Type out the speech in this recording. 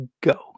go